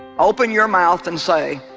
open your mouth and say